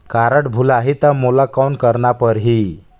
Card भुलाही ता मोला कौन करना परही?